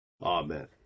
Amen